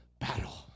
battle